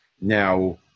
Now